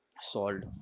solved